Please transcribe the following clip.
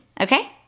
Okay